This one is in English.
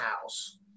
house